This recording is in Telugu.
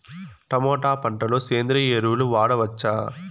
టమోటా పంట లో సేంద్రియ ఎరువులు వాడవచ్చా?